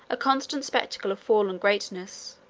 a constant spectacle of fallen greatness